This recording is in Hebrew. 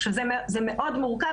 עכשיו, זה מאוד מורכב.